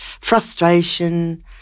frustration